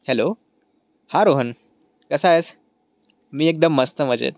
hello हा रोहन कसा आहेस मी एकदम मस्त मजेत